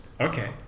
Okay